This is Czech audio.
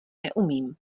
neumím